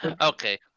okay